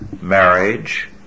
marriage